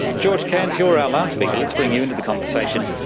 george cairns, you're our last speaker, let's bring you into the conversation.